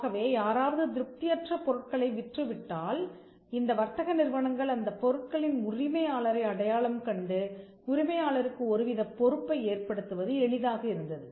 ஆகவே யாராவது திருப்தியற்ற பொருட்களை விற்று விட்டால் இந்த வர்த்தக நிறுவனங்கள் அந்தப் பொருட்களின் உரிமையாளரை அடையாளம் கண்டு உரிமையாளருக்கு ஒருவித பொறுப்பை ஏற்படுத்துவது எளிதாக இருந்தது